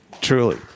Truly